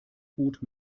gut